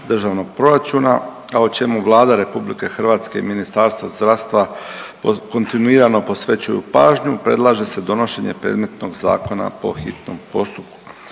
državnog proračuna, a o čemu Vlada RH i Ministarstvo zdravstva kontinuirano posvećuju pažnju, predlaže se donošenje predmetnog zakona po hitnom postupku.